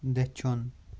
دٔچھُن